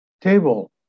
Table